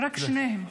רק שניהם.